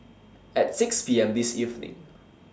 At six P M This evening